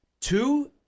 Two